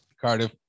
Cardiff